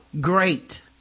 great